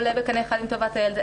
שזה עולה בקנה אחד עם טובת הילד.